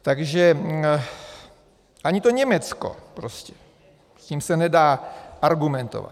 Takže ani to Německo prostě, s tím se nedá argumentovat.